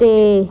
ਅਤੇ